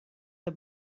the